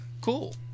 Cool